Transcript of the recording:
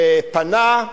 פנה,